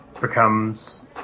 becomes